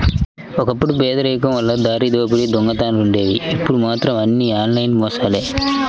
ఒకప్పుడు పేదరికం వల్ల దారిదోపిడీ దొంగతనాలుండేవి ఇప్పుడు మాత్రం అన్నీ ఆన్లైన్ మోసాలే